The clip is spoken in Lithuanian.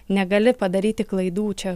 negali padaryti klaidų čia